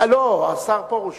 לא, השר מאיר פרוש,